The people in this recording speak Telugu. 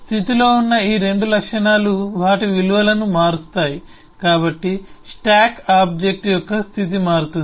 స్థితిలో ఉన్న ఈ రెండు లక్షణాలు వాటి విలువలను మారుస్తాయి కాబట్టి స్టాక్ ఆబ్జెక్ట్ యొక్క స్థితి మారుతుంది